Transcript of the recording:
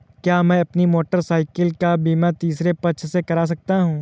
क्या मैं अपनी मोटरसाइकिल का बीमा तीसरे पक्ष से करा सकता हूँ?